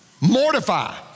Mortify